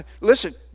Listen